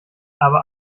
aber